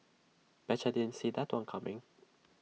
betcha didn't see that one coming